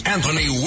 Anthony